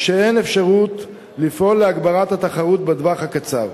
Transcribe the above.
כשאין אפשרות לפעול להגברת התחרות בטווח הקצר".